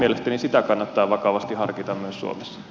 mielestäni sitä kannattaa vakavasti harkita myös suomessa